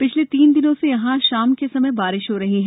पिछले तीन दिनों से यहां शाम के समय बारिश हो रही है